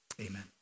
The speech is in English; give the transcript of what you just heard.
Amen